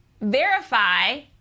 verify